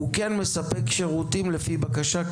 הוא כן מספק שירותים לפי בקשה,